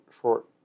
short